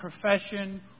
profession